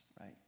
right